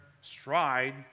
stride